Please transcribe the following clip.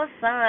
sun